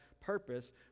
purpose